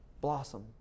Blossom